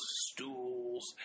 stools